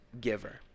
giver